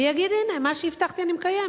ויגיד, הנה, מה שהבטחתי אני מקיים